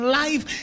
life